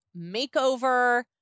makeover